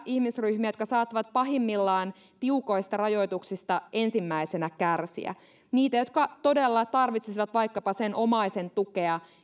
ihmisryhmiä jotka saattavat pahimmillaan tiukoista rajoituksista ensimmäisenä kärsiä niitä jotka todella tarvitsisivat vaikkapa sen omaisen tukea